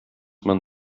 man